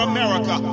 America